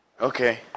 Okay